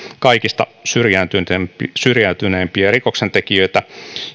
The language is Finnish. kaikista syrjäytyneimpiä syrjäytyneimpiä rikoksentekijöitä